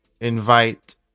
invite